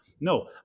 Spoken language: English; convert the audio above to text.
No